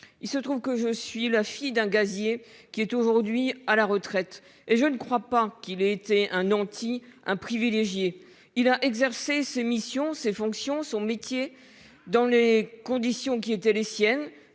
Il se trouve que je suis la fille d'un gazier qui est aujourd'hui à la retraite. Or je ne crois pas qu'il ait été un nanti, un privilégié. Il a exercé ses missions, ses fonctions, son métier dans les conditions qui étaient les siennes,